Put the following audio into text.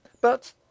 But